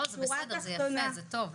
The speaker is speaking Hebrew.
זה טוב.